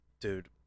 Dude